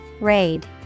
Raid